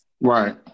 right